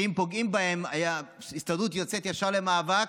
שאם פוגעים בהם ההסתדרות יוצאת ישר למאבק,